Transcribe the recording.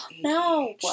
No